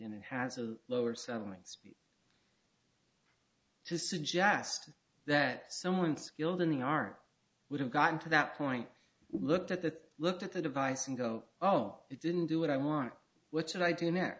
and it has a lower settlements to suggest that someone skilled in the art would have gotten to that point looked at that looked at the device and go oh it didn't do what i want what should i do n